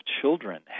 children